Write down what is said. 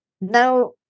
Now